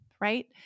right